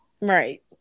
Right